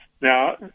Now